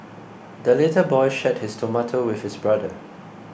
the little boy shared his tomato with his brother